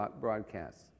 broadcasts